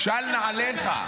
של נעליך.